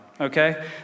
Okay